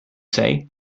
say